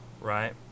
right